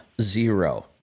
zero